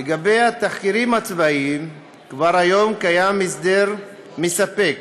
לגבי התחקירים הצבאיים כבר היום קיים הסדר מספק,